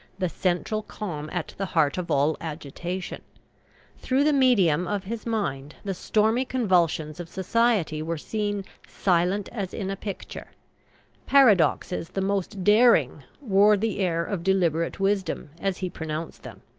the central calm at the heart of all agitation through the medium of his mind the stormy convulsions of society were seen silent as in a picture paradoxes the most daring wore the air of deliberate wisdom as he pronounced them.